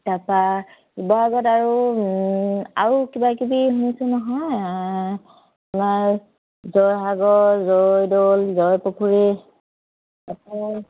তাৰপৰা শিৱসাগত আৰু আৰু কিবা কিবি শুনিছোঁ নহয় আমাৰ জয়সাগৰ জয়দৌল জয়পুখুৰী